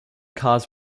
cars